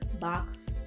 box